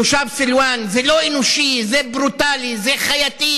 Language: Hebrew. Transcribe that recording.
תושב סלוואן, זה לא אנושי, זה ברוטלי, זה חייתי.